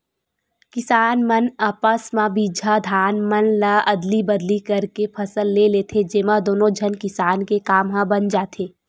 किसान मन आपस म बिजहा धान मन ल अदली बदली करके फसल ले लेथे, जेमा दुनो झन किसान के काम ह बन जाथे